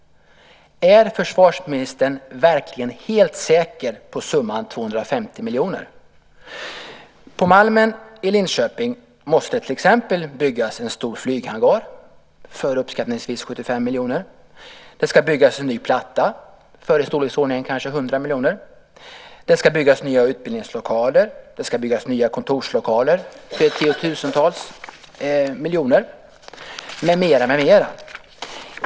Är försvarsministern verkligen helt säker på summan 250 miljoner? På Malmen i Linköping måste till exempel en stor flyghangar byggas för uppskattningsvis 75 miljoner, det ska byggas en ny platta för kanske 100 miljoner, det ska byggas nya utbildningslokaler och nya kontorslokaler för tiotals miljoner med mera.